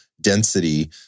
density